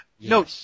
No